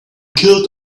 killed